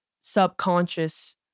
subconscious